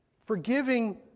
Forgiving